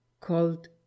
called